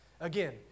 again